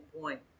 point